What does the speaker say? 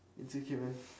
it's okay man